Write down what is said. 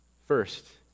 First